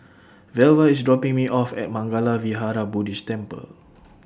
Velva IS dropping Me off At Mangala Vihara Buddhist Temple